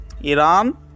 Iran